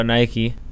Nike